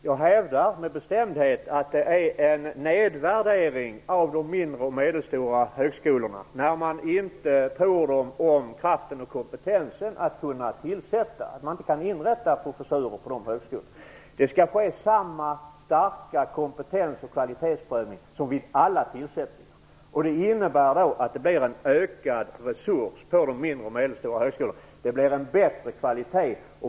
Herr talman! Jag hävdar med bestämdhet att det är en nedvärdering av de mindre och medelstora högskolorna att inte tro dem om kraften och kompetensen att kunna inrätta professurer. Det skall ske samma kompetens och kvalitetsprövning som vid alla andra tillsättningar. Det innebär att det blir en ökad resurs på de mindre och medelstora högskolorna. Det ger bättre kvalitet.